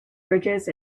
bridges